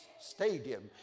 stadium